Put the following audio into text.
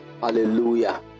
Hallelujah